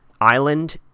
island